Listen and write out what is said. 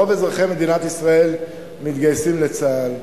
רוב אזרחי מדינת ישראל מתגייסים לצה"ל,